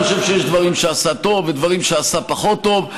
אני חושב שיש דברים שהוא עשה טוב ודברים שהוא עשה פחות טוב.